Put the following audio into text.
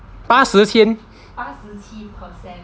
八十千